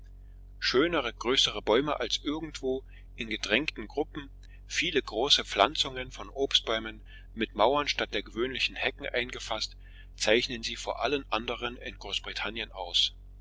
schönere größere bäume als irgendwo in gedrängten gruppen viele große pflanzungen von obstbäumen mit mauern statt der gewöhnlichen hecken eingefaßt zeichnen sie vor allen anderen in großbritannien aus